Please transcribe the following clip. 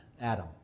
Adam